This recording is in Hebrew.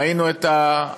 ראינו את העלויות,